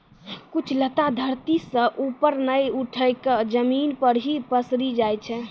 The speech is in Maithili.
कुछ लता धरती सं ऊपर नाय उठी क जमीन पर हीं पसरी जाय छै